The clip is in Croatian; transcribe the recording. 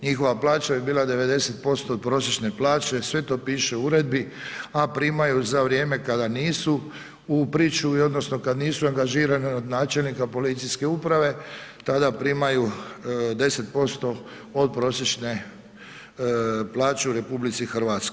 Njihova plaća bi bila 90% od prosječne plaće, sve to piše u uredbi, a primaju za vrijeme kada nisu u pričuvi, odnosno kad nisu angažirani od načelnika policijske uprave, tada primaju 10% od prosječne plaće u RH.